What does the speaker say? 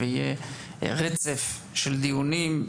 ויהיה רצף של דיונים,